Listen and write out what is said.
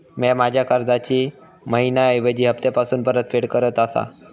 म्या माझ्या कर्जाची मैहिना ऐवजी हप्तासून परतफेड करत आसा